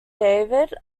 david